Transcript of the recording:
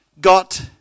got